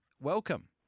welcome